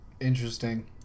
Interesting